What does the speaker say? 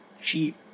cheap